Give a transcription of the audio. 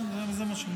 כן, זה מה שאני אעשה.